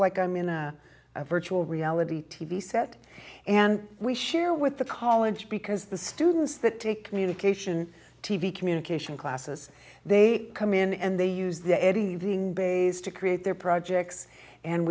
like i'm in a virtual reality t v set and we share with the college because the students that take communication t v communication classes they come in and they use the eddie bays to create their projects and